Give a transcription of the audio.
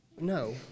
No